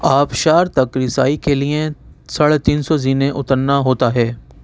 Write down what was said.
آبشار تک رسائی کے لیے ساڑھے تین سو زینے اُترنا ہوتا ہے